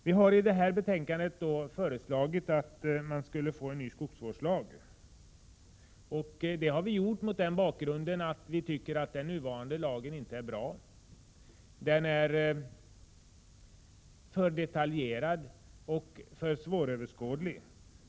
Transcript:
Vi har i detta betänkande föreslagit en ny skogsvårdslag, mot bakgrund av att vi tycker att den nuvarande lagen inte är bra. Den nuvarande lagen är alltför detaljerad och svåröverskådlig.